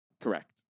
Correct